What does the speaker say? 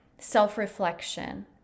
self-reflection